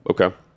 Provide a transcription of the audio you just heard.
okay